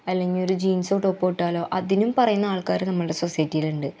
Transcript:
അല്ലെങ്കിൽ ഒരു ജീൻസോ ടോപ്പോ ഇട്ടാലോ അതിനും പറയുന്ന ആൾക്കാർ നമ്മളുടെ സൊസൈറ്റിയിൽ ഉണ്ട്